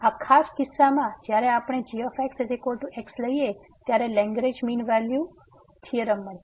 તેથી આ ખાસ કિસ્સામાં જ્યારે આપણે g x લઈએ ત્યારે Lagrange mean value mean value theorem મળશે